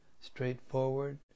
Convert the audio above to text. straightforward